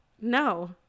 No